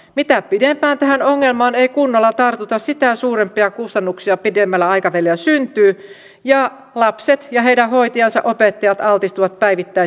mitä pidempään tähän ongelmaan ei kunnolla tartuta sitä suurempia kustannuksia pidemmällä aikavälillä syntyy ja lapset ja heidän hoitajansa opettajat altistuvat päivittäin sisäilmaongelmille